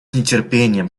нетерпением